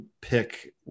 pick